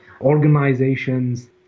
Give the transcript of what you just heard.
organizations